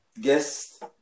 guest